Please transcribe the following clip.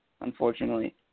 unfortunately